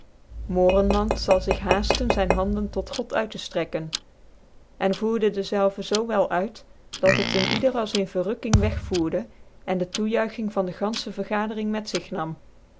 pfalm moorcnland zal zich haaftcn zyn handen tot god uit te ftrekken cn voerde dezelve zoo wel uit dat het een ieder als in verrukking weg voerden cn de toejuiging van de ganfche vergadering met zig nam